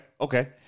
okay